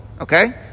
okay